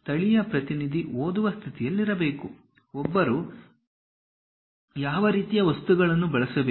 ಸ್ಥಳೀಯ ಪ್ರತಿನಿಧಿ ಓದುವ ಸ್ಥಿತಿಯಲ್ಲಿರಬೇಕು ಒಬ್ಬರು ಯಾವ ರೀತಿಯ ವಸ್ತುಗಳನ್ನು ಬಳಸಬೇಕು